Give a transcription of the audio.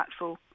impactful